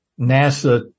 NASA